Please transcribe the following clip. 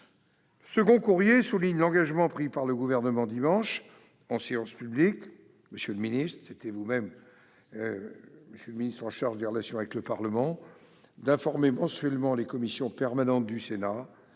Le second courrier souligne l'engagement pris par le Gouvernement, dimanche, en séance publique- par votre voix, monsieur le ministre chargé des relations avec le Parlement -, d'informer mensuellement les commissions permanentes du Sénat